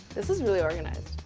this is really organized.